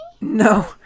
No